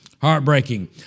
Heartbreaking